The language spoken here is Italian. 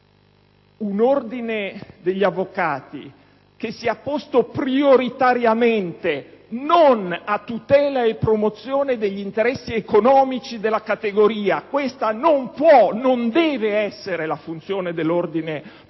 un Ordine degli avvocati che sia posto prioritariamente non a tutela e promozione degli interessi economici della categoria - questa non può, non deve essere la funzione dell'ordine